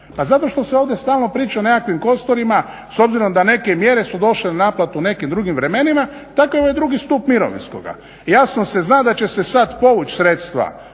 Pa zato što se ovdje stalno priča o nekakvim kosturima s obzirom da neke mjere su došle na naplatu u nekim drugim vremenima, tako i ovaj drugi stup mirovinskoga. Jasno se zna da će se sad povući sredstva